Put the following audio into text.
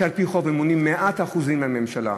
שעל-פי החוק ממומנים ב-100% מהממשלה.